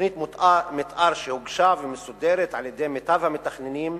תוכנית מיתאר שהוגשה מסודרת על-ידי מיטב המתכננים.